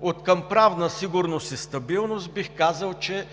Откъм правна сигурност и стабилност бих казал, че